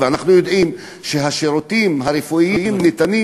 אנחנו יודעים שהשירותים הרפואיים במדינת ישראל ניתנים